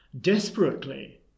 Desperately